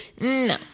No